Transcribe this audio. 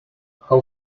how